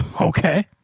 Okay